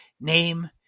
name